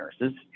nurses